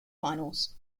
finals